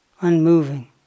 unmoving